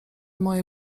moje